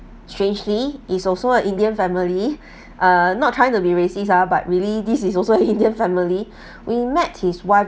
strangely is also a indian family uh not trying to be racist ah but really this is also indian family we met his